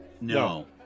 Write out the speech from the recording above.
No